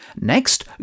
Next